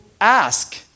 ask